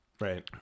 Right